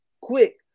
quick